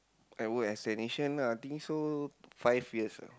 I work as technician I think so five years lah